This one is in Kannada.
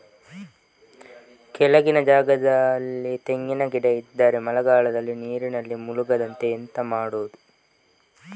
ಕೆಳಗಿನ ಜಾಗದಲ್ಲಿ ತೆಂಗಿನ ಗಿಡ ಇದ್ದರೆ ಮಳೆಗಾಲದಲ್ಲಿ ನೀರಿನಲ್ಲಿ ಮುಳುಗದಂತೆ ಎಂತ ಮಾಡೋದು?